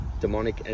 demonic